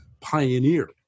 pioneer